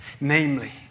Namely